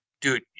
dude